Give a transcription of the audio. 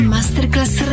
Masterclass